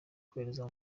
kohereza